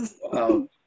Wow